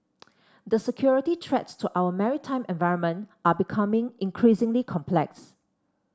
the security threats to our maritime environment are becoming increasingly complex